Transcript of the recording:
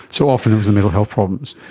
so, often it was the mental health problems.